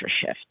shift